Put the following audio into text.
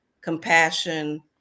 compassion